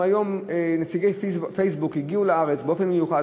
היום נציגי פייסבוק הגיעו לארץ באופן מיוחד,